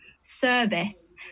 service